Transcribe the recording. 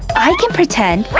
i can pretend,